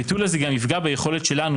הביטול אף יפגע ביכולת שלנו,